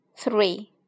three